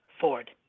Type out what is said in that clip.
Ford